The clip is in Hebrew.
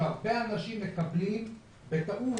שהרבה אנשים מקבלים הודעה בטעות,